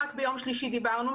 רק ביום שלישי דיברנו,